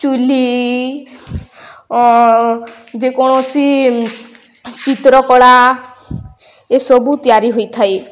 ଚୁଲି ଯେକୌଣସି ଚିତ୍ରକଳା ଏସବୁ ତିଆରି ହୋଇଥାଏ